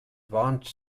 advanced